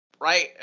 Right